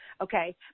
okay